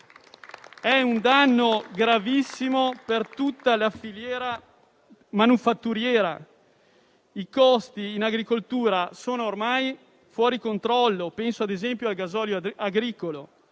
È un danno gravissimo per tutta la filiera manifatturiera. I costi in agricoltura sono ormai fuori controllo; penso - ad esempio - al gasolio agricolo;